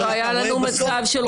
עוד לא היה לנו מצב של